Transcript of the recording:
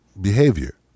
behavior